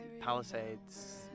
Palisades